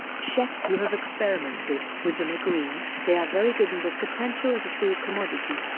chefs who have experimented with them agree they are very good and have potential as a food commodity.